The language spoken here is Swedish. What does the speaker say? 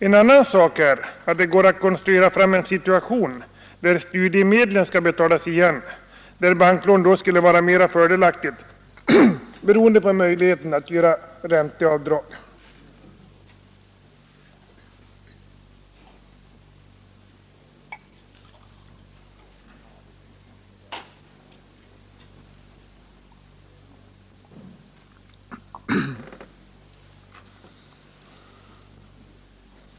En annan sak är att det går att konstruera fram en situation där studiemedlen skall betalas igen, där banklån skulle vara mer fördelaktigt beroende på möjligheten att göra ränteavdrag.